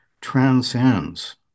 transcends